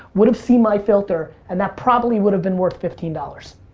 would have seen my filter, and that probably would have been worth fifteen dollars.